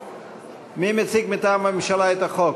מי מציג מטעם הממשלה את החוק?